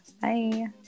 Bye